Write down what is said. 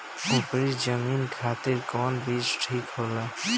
उपरी जमीन खातिर कौन बीज ठीक होला?